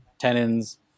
tenons